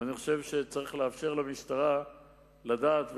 ואני חושב שצריך לאפשר למשטרה לדעת,